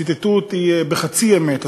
ציטטו אותי בחצי אמת,